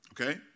Okay